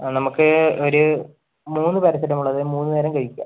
നമുക്ക് ഒരു മൂന്ന് പാരസിറ്റമോൾ അത് മൂന്ന് നേരം കഴിക്കുക